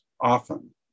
often